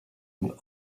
and